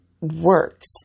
works